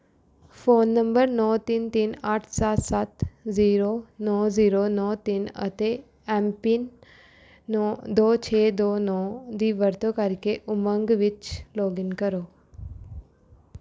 phone number ਨੌ ਤਿੰਨ ਤਿੰਨ ਅੱਠ ਸੱਤ ਸੱਤ ਜ਼ੀਰੋ ਨੌ ਜ਼ੀਰੋ ਨੌ ਤਿੰਨ ਅਤੇ ਐੱਮਪਿੰਨ ਨੌ ਦੋ ਛੇ ਦੋ ਨੌ ਦੀ ਵਰਤੋਂ ਕਰਕੇ ਉਮੰਗ ਵਿੱਚ ਲੌਗਇਨ ਕਰੋ